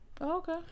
Okay